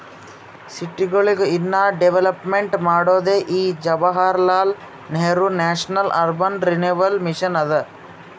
ಸಿಟಿಗೊಳಿಗ ಇನ್ನಾ ಡೆವಲಪ್ಮೆಂಟ್ ಮಾಡೋದೇ ಈ Jawaharlal Nehru national urban renewal mission ಅದಾ